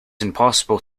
impossible